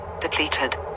Depleted